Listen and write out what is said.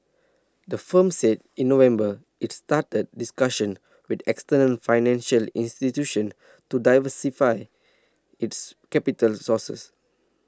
the firm said in November it's started discussions with external financial institutions to diversify its capital sources